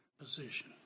position